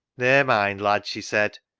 ne'er mind, lad, she said,